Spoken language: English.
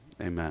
amen